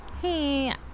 Hey